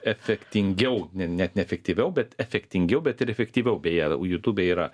efektingiau net ne efektyviau bet efektingiau bet ir efektyviau beje jutube yra